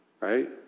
Right